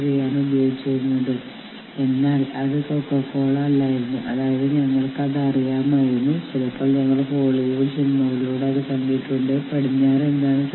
ഒരു യൂണിയൻ രൂപീകരിക്കാൻ ശ്രമിക്കുന്ന ജീവനക്കാർ നടത്തിയ യോഗങ്ങളിൽ ചാരപ്പണി നടത്താൻ അവർ തീരുമാനിച്ചേക്കാം